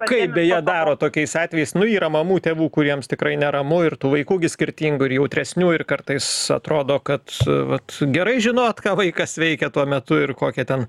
kaip beje daro tokiais atvejais nu yra mamų tėvų kuriems tikrai neramu ir tų vaikų gi skirtingų ir jautresnių ir kartais atrodo kad vat gerai žinot ką vaikas veikia tuo metu ir kokia ten